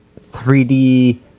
3D